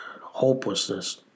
hopelessness